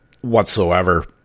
whatsoever